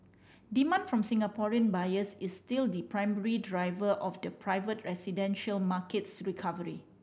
demand from Singaporean buyers is still the primary driver of the private residential market's recovery